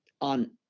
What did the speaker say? on